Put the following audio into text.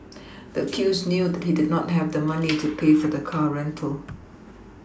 the accused knew he did not have the money to pay for the car rental